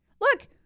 Look